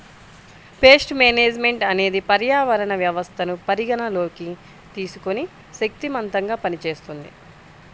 paste management అనేది పర్యావరణ వ్యవస్థను పరిగణలోకి తీసుకొని శక్తిమంతంగా పనిచేస్తుంది